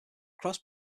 cross